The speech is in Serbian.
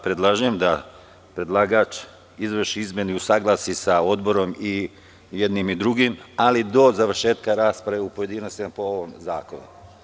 Predlažem da predlagač izvrši izmenu i usaglasi sa odborom jednim i drugim, ali do završetka rasprave u pojedinostima po ovom zakonu.